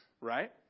Right